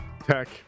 Tech